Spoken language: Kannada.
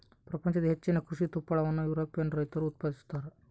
ಪ್ರಪಂಚದ ಹೆಚ್ಚಿನ ಕೃಷಿ ತುಪ್ಪಳವನ್ನು ಯುರೋಪಿಯನ್ ರೈತರು ಉತ್ಪಾದಿಸುತ್ತಾರೆ